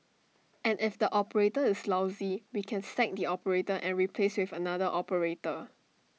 and if the operator is lousy we can sack the operator and replace with another operator